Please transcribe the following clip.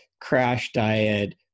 crash-diet